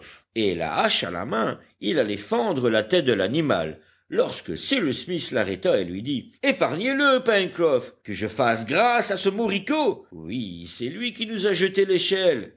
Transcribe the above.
et la hache à la main il allait fendre la tête de l'animal lorsque cyrus smith l'arrêta et lui dit épargnez le pencroff que je fasse grâce à ce moricaud oui c'est lui qui nous a jeté l'échelle